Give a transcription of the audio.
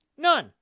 None